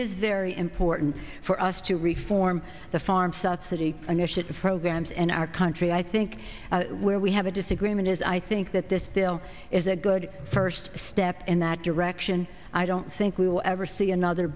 is very important for us to reform the farm subsidy initiative programs in our country i think where we have a disagreement is i think that this bill is a good for a step in that direction i don't think we will ever see another